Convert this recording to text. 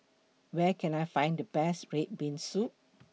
Where Can I Find The Best Red Bean Soup